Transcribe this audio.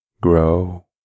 grow